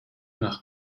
nach